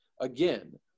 again